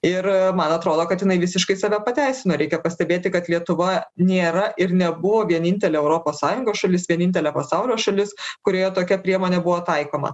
ir man atrodo kad jinai visiškai save pateisino reikia pastebėti kad lietuva nėra ir nebuvo vienintelė europos sąjungos šalis vienintelė pasaulio šalis kurioje tokia priemonė buvo taikoma